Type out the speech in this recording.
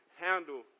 handle